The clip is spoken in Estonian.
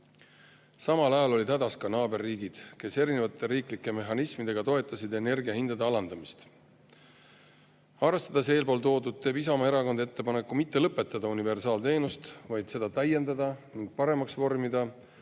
Samal ajal olid hädas ka naaberriigid, kes erinevate riiklike mehhanismidega toetasid energiahindade alandamist. Arvestades eeltoodut teeb Isamaa Erakond ettepaneku mitte lõpetada universaalteenust, vaid seda täiendada ning paremaks vormida,